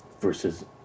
versus